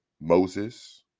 Moses